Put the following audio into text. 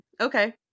Okay